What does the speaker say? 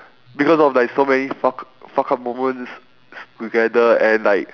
because of like so many fuck fuck up moments s~ together and like